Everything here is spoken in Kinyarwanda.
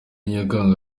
nyakanga